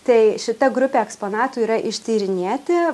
tai šita grupė eksponatų yra ištyrinėti